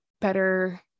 better